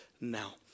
now